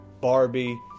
Barbie